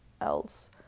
else